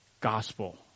gospel